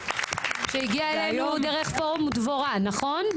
שהגיעה אלינו דרך פורום דבורה נכון?